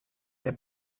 der